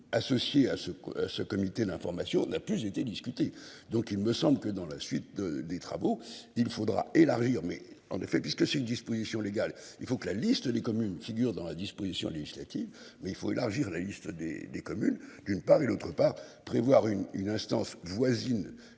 associées à ce que ce comité d'information n'a plus été discuté. Donc il me semble que dans la suite des travaux. Il faudra élargir mais en effet puisque c'est une disposition légale, il faut que la liste des communes qui dure dans la disposition législative, mais il faut élargir la liste des des communes d'une part et d'autre part, prévoir une une instance voisine et